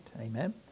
Amen